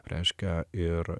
reiškia ir